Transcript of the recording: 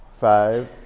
Five